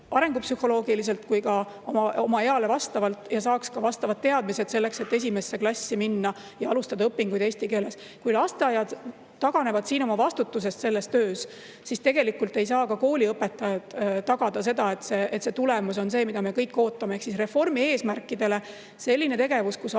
kui ka oma eale vastavalt ja saaks vastavad teadmised selleks, et minna esimesse klassi ja alustada õpinguid eesti keeles. Kui lasteaiad taganevad oma vastutusest selles töös, siis tegelikult ei saa ka kooliõpetajad tagada, et tulemus on see, mida me kõik ootame. Ehk siis selline tegevus, kus abiõpetaja,